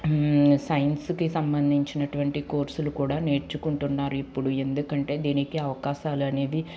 సైన్స్కి సంబంధించినటువంటి కోర్సులు కూడా నేర్చుకుంటున్నారు ఇప్పుడు ఎందుకంటే దినికి అవకాశాలు అనేవి